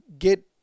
get